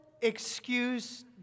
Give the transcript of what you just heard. excuse